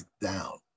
down